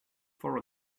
for